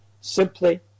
Simply